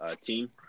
team